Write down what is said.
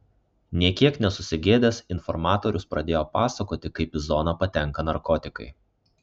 nė kiek nesusigėdęs informatorius pradėjo pasakoti kaip į zoną patenka narkotikai